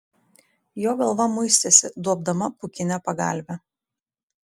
jo galva muistėsi duobdama pūkinę pagalvę